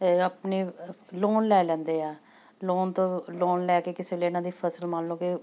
ਆਪਣੇ ਲੋਨ ਲੈ ਲੈਂਦੇ ਆ ਲੋਨ ਤੋਂ ਲੋਨ ਲੈ ਕੇ ਕਿਸੇ ਵੇਲੇ ਇਹਨਾਂ ਦੀ ਫ਼ਸਲ ਮੰਨ ਲਓ ਕਿ